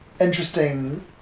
interesting